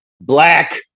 black